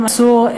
המסור,